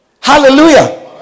Hallelujah